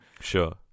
sure